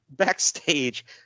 Backstage